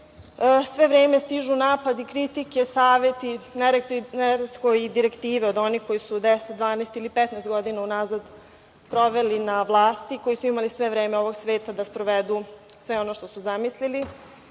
sve vreme stižu napadi, kritike, saveti, neretko i direktive od onih koji su deset, dvanaest ili petnaest godina unazad proveli na vlasti, koji su imali sve vreme ovog sveta da sprovedu sve ono što su zamislili.